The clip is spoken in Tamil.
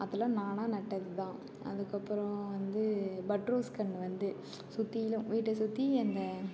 அதெலாம் நானாக நட்டதுதான் அதுக்கப்புறம் வந்து பட் ரோஸ் கன்று வந்து சுற்றிலும் வீட்டை சுற்றி அந்த